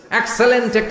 excellent